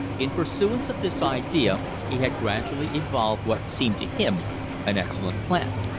in pursuance of this idea he had gradually evolved what seemed to him an excellent plan.